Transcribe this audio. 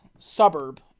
suburb